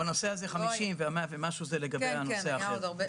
בנושא הזה ה-50 וה-100 ומשהו זה לגבי הנושא האחר.